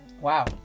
Wow